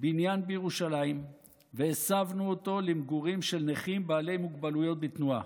בניין בירושלים והסבנו אותו למגורים של נכים בעלי מוגבלויות בתנועה.